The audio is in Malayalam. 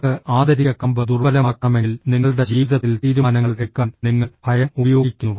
നിങ്ങൾക്ക് ആന്തരിക കാമ്പ് ദുർബലമാക്കണമെങ്കിൽ നിങ്ങളുടെ ജീവിതത്തിൽ തീരുമാനങ്ങൾ എടുക്കാൻ നിങ്ങൾ ഭയം ഉപയോഗിക്കുന്നു